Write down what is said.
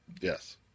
Yes